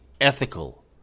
ethical